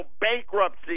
bankruptcy